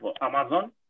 Amazon